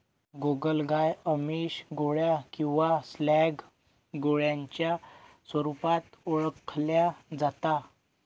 गोगलगाय आमिष, गोळ्या किंवा स्लॅग गोळ्यांच्या स्वरूपात ओळखल्या जाता